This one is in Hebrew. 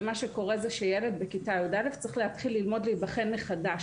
ומה שקורה זה שילד בכיתה י"א צריך להתחיל ללמוד להיבחן מחדש.